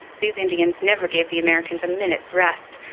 these indians never gave the americans a minute's rest.